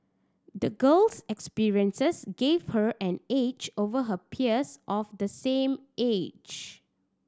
the girl's experiences gave her an edge over her peers of the same age